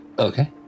Okay